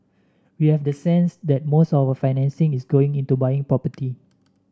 we have the sense that most of the financing is going into buying property